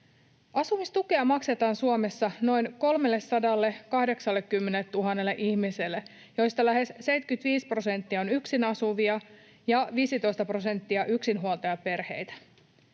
Asumistukea maksetaan Suomessa noin 380 000 ihmiselle, joista lähes 75 prosenttia on yksin asuvia ja 15 prosenttia yksinhuoltajaperheitä.